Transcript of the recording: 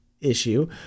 issue